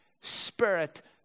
spirit